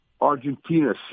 Argentina